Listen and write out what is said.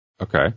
Okay